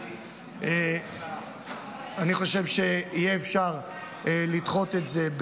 באוניברסיטה, אני כן חושב שצריך לחזק את זה.